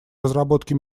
разработки